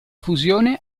fusione